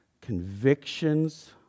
convictions